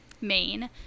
Maine